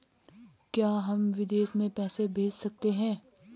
क्या हम विदेश में पैसे भेज सकते हैं?